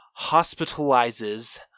hospitalizes